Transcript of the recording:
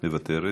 מוותרת.